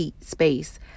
space